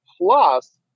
Plus